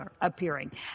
appearing